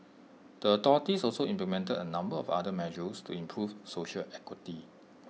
the authorities also implemented A number of other measures to improve social equity